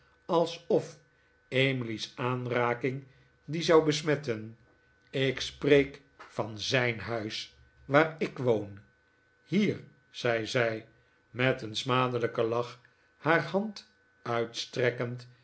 alsof emily's aanraking die zou besmetten ik spreek van zijn huis waar ik woon hier zei zij met een smadelijken lach haar hand uitstrekkend